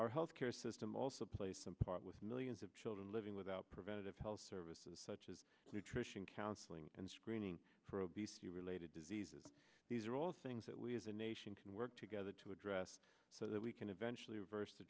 our health care system also play some part with millions of children living without preventative health services such as nutrition counseling and screening for obesity related diseases these are all things that we as a nation can work together to address so that we can eventually reverse the